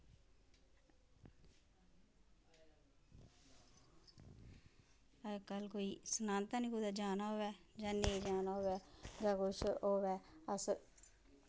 अज कल कोई सनांदा गै नेंई कुदै जाना होऐ जां नेंई जाना होऐ जां कुछ होऐ अस